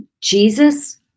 Jesus